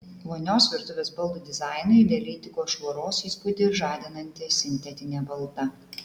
vonios virtuvės baldų dizainui idealiai tiko švaros įspūdį žadinanti sintetinė balta